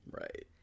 right